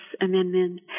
amendment